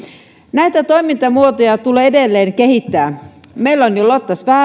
näitä toimintamuotoja tulee edelleen kehittää meillä on jo lotta svärd